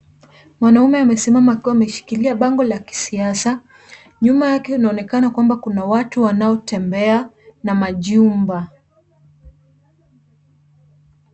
Mwanaume amesimama akiwa ameshikilia bango la kisiasa. Nyuma yake kunaonekana kwamba kuna watu wanaotembea na majumba.